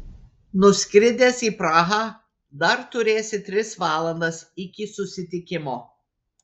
nuskridęs į prahą dar turėsi tris valandas iki susitikimo